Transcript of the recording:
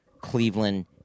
Cleveland